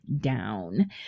down